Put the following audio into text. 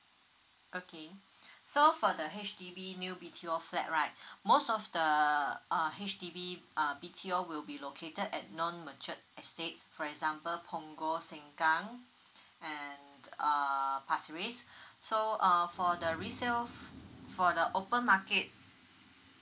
okay so for the H_D_B new B_T_O flat right most of the uh H_D_B uh B_T_O will be located at non matured estate for example punggol sengkang and uh pasir ris so uh for the resale f~ for the open market